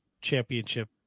championship